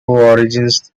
origins